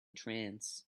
trance